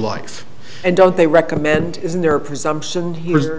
life and don't they recommend isn't there a presumption